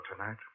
tonight